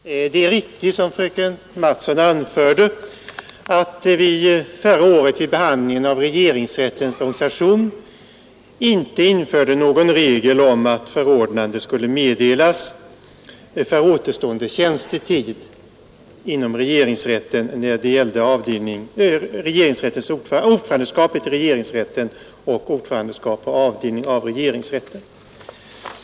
Herr talman! Det är riktigt, som fröken Mattson anförde, att vi förra året vid behandlingen av regeringsrättens organisation inte införde någon regel om att förordnande skulle meddelas för återstående tjänstetid när det gällde ordförandeskapet i regeringsrätten och ordförandeskap på avdelning av regeringsrätten.